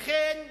לכן טוב,